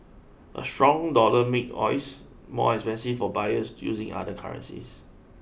a strong dollar make oils more expensive for buyers using other currencies